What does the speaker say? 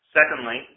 Secondly